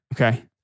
Okay